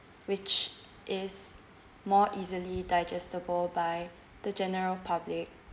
which is more easily digestible by the general public